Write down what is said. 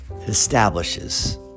Establishes